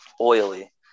oily